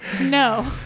no